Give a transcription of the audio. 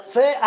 Say